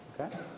Okay